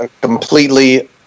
completely